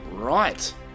Right